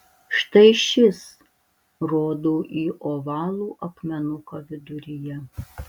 štai šis rodau į ovalų akmenuką viduryje